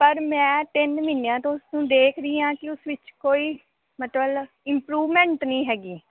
ਪਰ ਮੈਂ ਤਿੰਨ ਮਹੀਨਿਆਂ ਤੋਂ ਉਸਨੂੰ ਦੇਖ ਰਹੀ ਹਾਂ ਕਿ ਉਸ ਵਿੱਚ ਕੋਈ ਮਤਲਬ ਇਮਪਰੂਵਮੈਂਟ ਨਹੀਂ ਹੈਗੀ